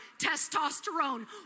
testosterone